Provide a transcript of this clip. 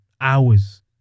hours